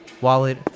wallet